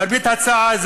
למרבה הצער,